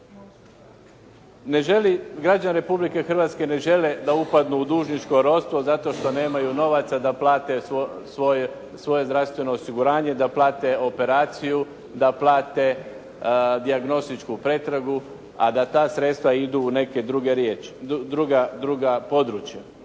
Građani Republike Hrvatske ne žele da upadnu u dužničko ropstvo zato što nemaju novaca da plate svoje zdravstveno osiguranje, da plate operaciju, da plate dijagnostičku pretragu, a da ta sredstva idu u neka druga područja.